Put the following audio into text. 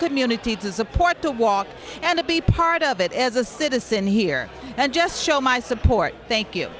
community to support to walk and to be part of it as a citizen here and just show my support thank you